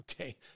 Okay